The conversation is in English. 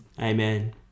Amen